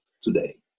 today